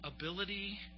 ability